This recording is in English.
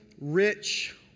rich